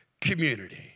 community